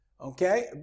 okay